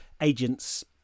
agents